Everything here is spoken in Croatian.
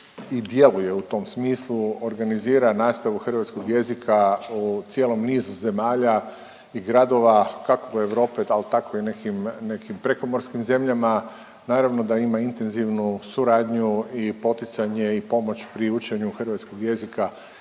i djeluje u tom smislu, organizira nastavu hrvatskog jezika u cijelom nizu zemalja i gradova, kako Europe, tako i u nekim prekomorskim zemljama. Naravno da ima intenzivnu suradnju i poticanje i pomoć pri učenju hrvatskog jezika